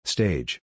Stage